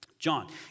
John